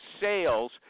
sales